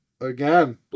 again